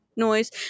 noise